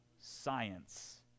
Science